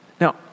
Now